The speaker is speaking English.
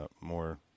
more